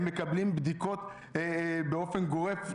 אני מייצגת גם את פורום ארגוני הפסיכולוגיה הציבורית.